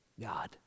God